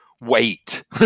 wait